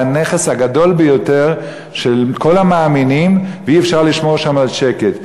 הנכס הגדול ביותר של כל המאמינים ושאי-אפשר לשמור שם על שקט.